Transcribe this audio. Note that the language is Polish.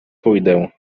pójdę